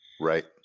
Right